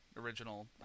original